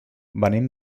venim